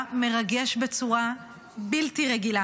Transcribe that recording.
אני מנסה להיזכר ברגעים יותר מרגשים ממה שחווינו אתמול,